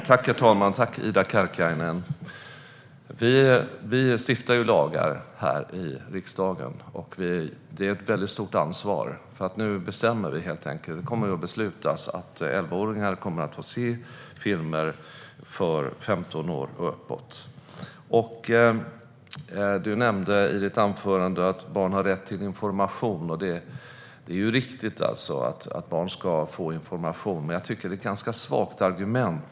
Herr talman! Jag tackar Ida Karkiainen. Vi stiftar lagar i riksdagen, och det är ett stort ansvar. Nu kommer det att beslutas att elvaåringar kommer att få se filmer med åldersgräns femton år och uppåt. Ida Karkiainen nämnde i sitt anförande att barn har rätt till information. Det är riktigt att barn ska få information, men det är ett svagt argument.